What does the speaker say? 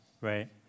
right